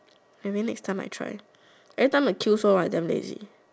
maybe next time I try every time the queue so long I damn lazy